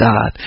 God